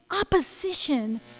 opposition